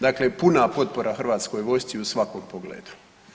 Dakle puna potpora Hrvatskoj vojsci u svakom pogledu.